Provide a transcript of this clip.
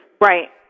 Right